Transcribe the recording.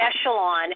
echelon